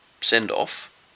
send-off